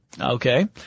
Okay